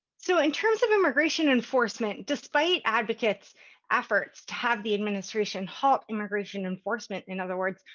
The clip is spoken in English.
so in terms of immigration enforcement, despite advocates' efforts to have the administration halt immigration enforcement in other words,